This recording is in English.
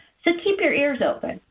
so keep your ears open.